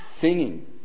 singing